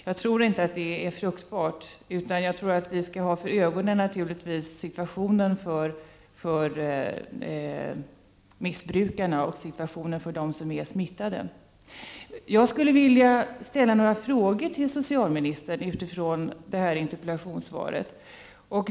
Det skulle inte vara fruktbart, utan det vi skall ha för ögonen är situationen för missbrukarna och för dem som har smittats. Utifrån interpellationssvaret skulle jag vilja ställa några frågor till socialministern.